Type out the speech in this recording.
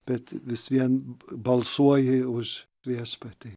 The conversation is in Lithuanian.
bet vis vien balsuoji už viešpatį